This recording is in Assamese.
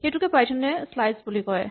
সেইটোকে পাইথন এ শ্লাইচ বুলি কয়